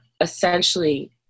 essentially